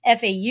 FAU